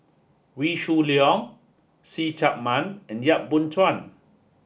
Wee Shoo Leong See Chak Mun and Yap Boon Chuan